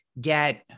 get